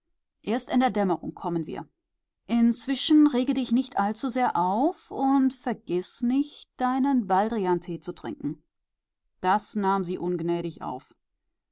erst in der dämmerung kommen wir inzwischen rege dich nicht allzusehr auf und vergiß nicht deinen baldriantee zu trinken das nahm sie ungnädig auf